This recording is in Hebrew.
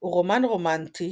הוא רומן רומנטי